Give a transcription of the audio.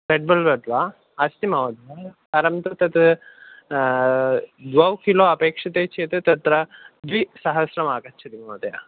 red velvet वा अस्ति महोदया परन्तु तत् द्वौ किलो अपेक्षते चेत् तत्र द्विसहस्रम् आगच्छति महोदय